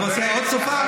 את רוצה עוד שפה?